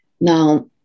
Now